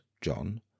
John